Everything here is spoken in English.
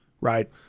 Right